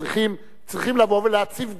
צריכים לבוא ולהציב גבולות,